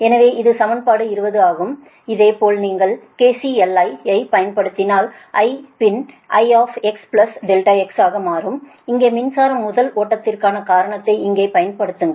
எனவே இது சமன்பாடு 20 ஆகும் அதேபோல நீங்கள் KCLI ஐப் பயன்படுத்தினாள் I பின் Ix ∆x ஆக மாறும் இங்கே மின்சாரம் முதல் ஓட்டத்திற்கான காரணத்தை இங்கே பயன்படுத்துங்கள்